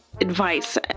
advice